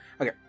Okay